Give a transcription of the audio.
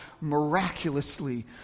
miraculously